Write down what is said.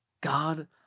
God